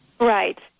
Right